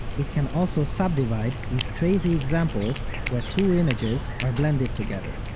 it can also subdivide these crazy examples where two images are blended together.